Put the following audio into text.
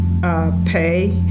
Pay